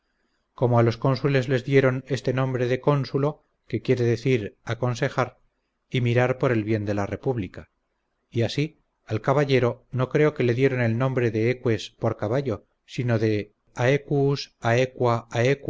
como a los cónsules les dieron este nombre de cónsulo que quiere decir aconsejar y mirar por el bien de la república y así al caballero no creo que le dieron el nombre de eques por caballo sino de aequus aequua aequum por